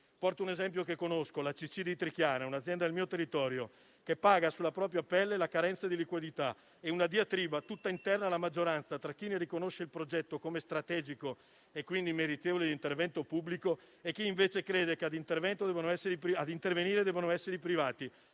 Porto un esempio che conosco: la Acc di Trichiana, un'azienda del mio territorio, paga sulla propria pelle la carenza di liquidità. È una diatriba tutta interna alla maggioranza tra chi ne riconosce il progetto come strategico, e quindi meritevole di intervento pubblico, e chi invece crede che a intervenire debbano essere i privati.